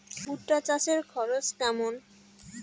ভুট্টা চাষে খরচ কেমন?